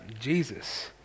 Jesus